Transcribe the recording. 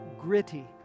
gritty